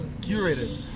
Curated